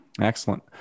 Excellent